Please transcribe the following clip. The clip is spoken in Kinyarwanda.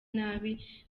nabi